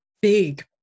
big